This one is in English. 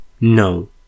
No